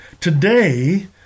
Today